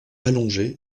allongé